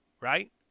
right